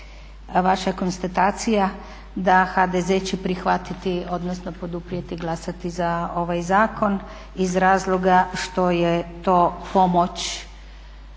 vaša konstatacija da HDZ će prihvatiti odnosno poduprijeti, glasati za ovaj zakon iz razloga što je to pomoć